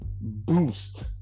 boost